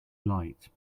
light